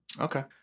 Okay